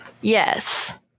Yes